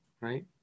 right